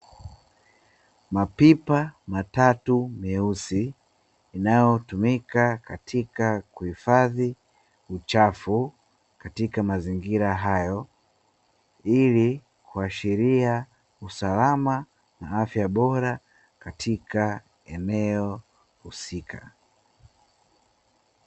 Mapipa matatu meusi, inayo tumika katika kuhifadhi uchafu katika mazingira hayo, ili kuashiria usalama na afya bora katika eneo husika.